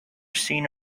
seen